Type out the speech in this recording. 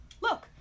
Look